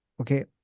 Okay